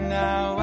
now